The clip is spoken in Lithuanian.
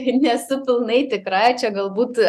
nesu pilnai tikra čia galbūt